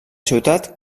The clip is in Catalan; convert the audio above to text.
ciutat